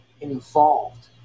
involved